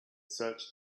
searched